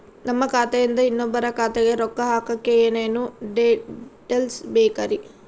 ನಮ್ಮ ಖಾತೆಯಿಂದ ಇನ್ನೊಬ್ಬರ ಖಾತೆಗೆ ರೊಕ್ಕ ಹಾಕಕ್ಕೆ ಏನೇನು ಡೇಟೇಲ್ಸ್ ಬೇಕರಿ?